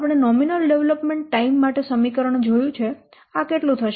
આપણે nominal development time માટે સમીકરણ જોયું છે આ કેટલું થશે